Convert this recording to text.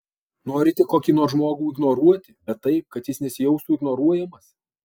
norite kokį nors žmogų ignoruoti bet taip kad jis nesijaustų ignoruojamas